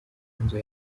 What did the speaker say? nganzo